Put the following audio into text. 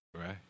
Right